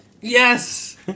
Yes